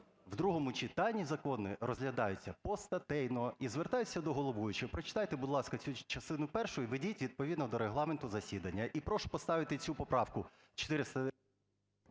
в другому читанні закони розглядаються постатейно. І звертаюся до головуючого: прочитайте цю частину першу і ведіть відповідно до Регламенту засідання. І прошу поставити цю поправку…